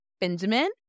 Benjamin